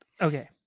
okay